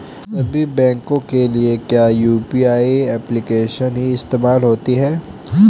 सभी बैंकों के लिए क्या यू.पी.आई एप्लिकेशन ही इस्तेमाल होती है?